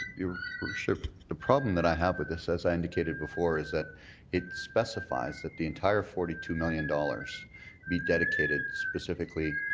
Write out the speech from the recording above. your worship, the problem that i have with this, as i indicated before, is that it specifies that the entire forty two million dollars be dedicated specifically